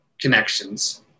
connections